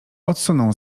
odsunął